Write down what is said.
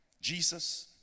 Jesus